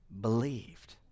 believed